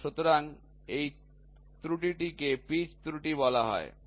সুতরাং এই ত্রুটিটিকে পিচ ত্রুটি বলা হয়